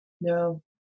No